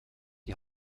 die